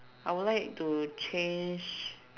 I will like to change